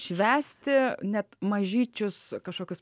švęsti net mažyčius kažkokius